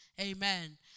Amen